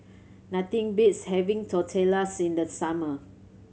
nothing beats having Tortillas in the summer